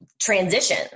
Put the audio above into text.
transition